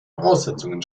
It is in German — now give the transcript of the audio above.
voraussetzungen